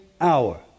hour